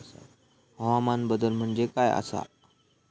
हवामान बदल म्हणजे काय आसा?